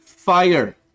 fire